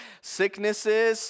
sicknesses